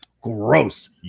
gross